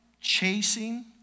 chasing